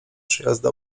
przejazdy